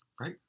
Right